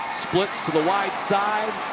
splits to the wide side.